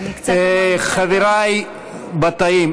חבריי חברי הכנסת,